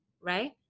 right